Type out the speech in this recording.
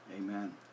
amen